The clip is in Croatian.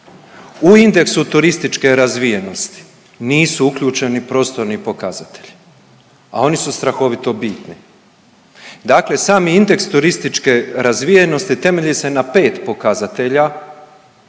u indeksu turističke razvijenosti nisu uključeni prostorni pokazatelji, a oni su strahovito bitni. Dakle, sami indeks turističke razvijenosti temelji se na 5 pokazatelja,